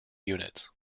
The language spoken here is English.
units